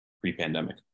pre-pandemic